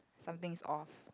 something's off